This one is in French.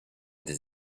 des